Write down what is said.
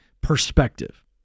perspective